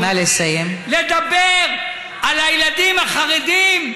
לדבר על הילדים החרדים,